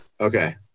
okay